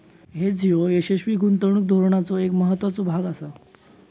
hedge ह्यो यशस्वी गुंतवणूक धोरणाचो एक महत्त्वाचो भाग आसा